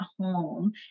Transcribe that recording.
home